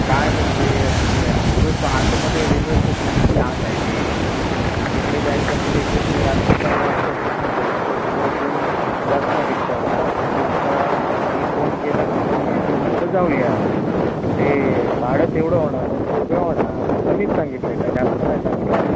काय म्हणजे आता ते ओरोस आतमध्ये आहे रेल्वे स्टेशन किती आत आहे ते आणि तिकडे जायचं म्हणजे एक तर तुम्ही रात्री नऊ वाजताचं सांगताय एक तर तिकडे कोण जात नाही रिक्षावाला पण मी आपला तुम्ही फोन केलात म्हणून मी आपलं म्हटलं जाऊया पण ते भाडं तेवढं होणार दोनशे रुपये होणार कमीच सांगितलं आहे काय जास्त नाही सांगितलं आहे